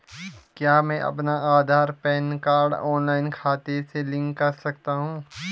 क्या मैं अपना आधार व पैन कार्ड ऑनलाइन खाते से लिंक कर सकता हूँ?